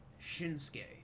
Shinsuke